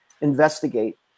investigate